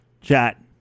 Chat